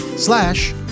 Slash